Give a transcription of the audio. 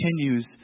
continues